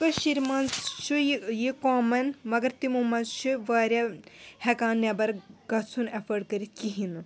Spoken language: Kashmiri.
کٔشیٖر منٛز چھُ یہِ یہِ کامَن مگر تِمو منٛز چھِ وارِیاہ ہٮ۪کان نٮ۪بَر گژھُن ایفٲڈ کٔرِتھ کِہیٖنۍ نہٕ